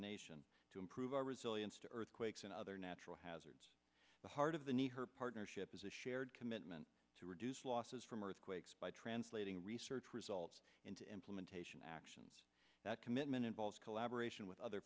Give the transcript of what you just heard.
nation to improve our resilience to earthquakes and other natural hazards the heart of the need her partnership is a shared commitment to reduce losses from earthquakes by translating research results into implementation actions that commitment involves collaboration with other